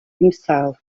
himself